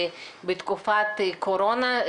בתקופת הקורונה,